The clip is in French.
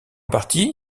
partie